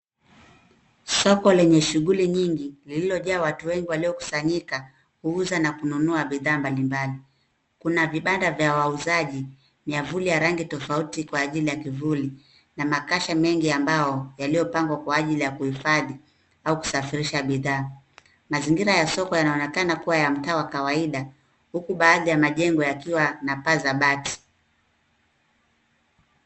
Soko lenye shughuli nyingi lililojaa watu wengi waliokusanyika kuuza na kununua bidhaa mbalimbali. Kuna vibanda vya wauzaji, miavuli ya rangi tofauti kwa ajili ya kivuli na makasha mengi ya mbao yaliyopangwa kwa ajili ya kuhifadhi au kusafirisha bidhaa. Mazingira ya soko yanaonekana kuwa ya mtaa wa kawaida huku baadhi ya majengo yakiwa na paa za bati.